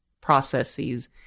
processes